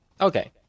Okay